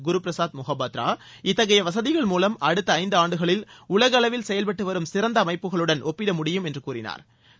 குருபிரசாத் முகோபாத்ரா இத்தகைய வசதிகள் மூலம் அடுத்த ஐந்து ஆண்டுகளில் உலகளவில் செயல்பட்டு வரும் சிறந்த அமைப்புகளுடன் ஒப்பிட முடியும் என்று கூறினாா்